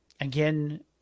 Again